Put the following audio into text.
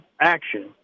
action